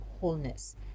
wholeness